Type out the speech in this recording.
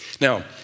Now